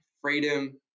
freedom